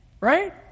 Right